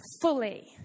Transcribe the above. Fully